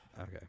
Okay